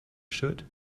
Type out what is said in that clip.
should